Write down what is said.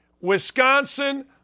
Wisconsin